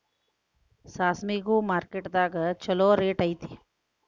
ಸಾಸ್ಮಿಗು ಮಾರ್ಕೆಟ್ ದಾಗ ಚುಲೋ ರೆಟ್ ಐತಿ